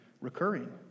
recurring